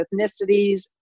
ethnicities